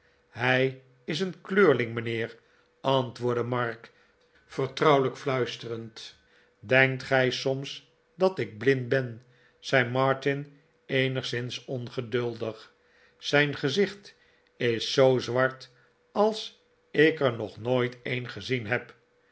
hij is een kleurling mijnheer antwoordde mark vertrouwelijk fluisterend denkt gij soms dat ik blind ben zei martin eenigszins ongeduldig zijn gezicht is zoo zwart als ik er nog nooit een gezien heb